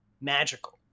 magical